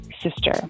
sister